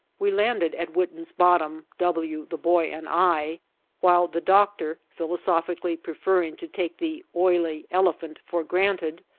we landed at witten's bottom w, the boy, and i while the doctor, philosophically preferring to take the oily elephant for granted,